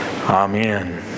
Amen